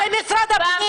למשרד הפנים.